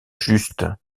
juste